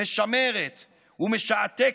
משמרת ומשעתקת,